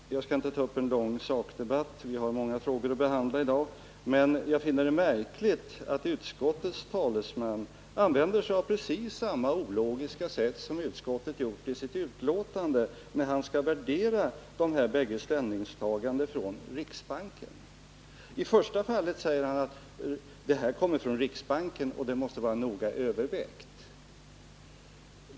Herr talman! Jag skall inte ta upp en lång sakdebatt — vi har många frågor att behandla i dag —, men jag finner det märkligt att utskottets talesman uttrycker sig på precis samma ologiska sätt som utskottet gjort i sitt betänkande, när han skall värdera riksbankens bägge stä I första fallet säger utskottets talesman att initiativet kommit från riksbanken och att det måste vara noga övervägt.